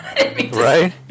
right